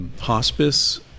hospice